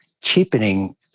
cheapening